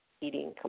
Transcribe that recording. eating